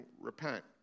repent